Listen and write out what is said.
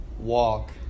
walk